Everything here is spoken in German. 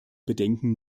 bedenken